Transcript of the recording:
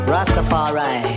Rastafari